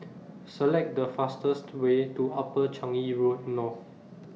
Select The fastest Way to Upper Changi Road North